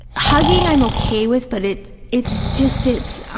hugging i'm okay with, but it's it's just, it's ah